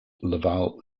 laval